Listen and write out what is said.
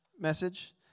message